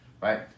right